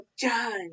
done